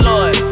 Lord